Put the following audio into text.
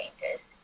changes